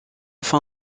fin